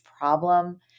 problem